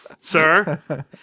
Sir